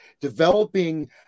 developing